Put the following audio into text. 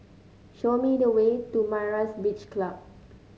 show me the way to Myra's Beach Club